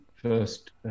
first